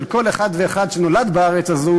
של כל אחד ואחד שנולד בארץ הזו,